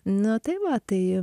na tai va tai